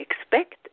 expect